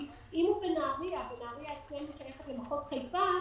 אם הוא בנהריה ונהריה אצלנו שייכת למחוז חיפה,